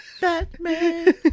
Batman